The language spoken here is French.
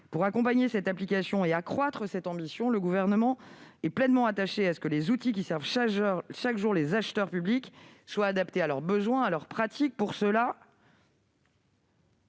Pour accompagner cette application et accroître cette ambition, le Gouvernement est pleinement attaché à ce que les outils qui servent chaque jour les acheteurs publics soient adaptés à leurs besoins et à leurs pratiques. À cette